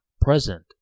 present